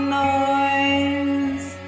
noise